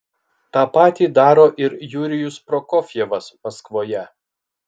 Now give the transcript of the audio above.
tą patį daro ir jurijus prokofjevas maskvoje